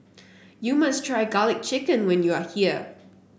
you must try garlic chicken when you are here